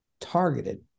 targeted